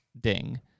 ding